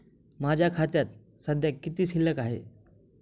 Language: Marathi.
माझ्या खात्यात सध्या किती शिल्लक आहे?